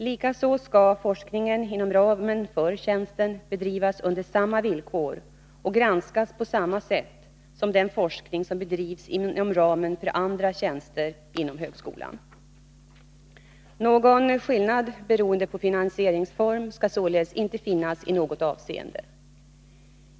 Likaså skall forskningen inom ramen för tjänsten bedrivas under samma villkor och granskas på samma sätt som den forskning som bedrivs inom ramen för andra tjänster inom högskolan. Någon skillnad beroende på finansieringsform skall således inte finnas i något avseende.